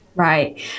Right